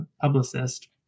publicist